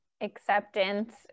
acceptance